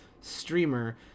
streamer